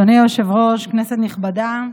אדוני היושב-ראש, כנסת נכבדה,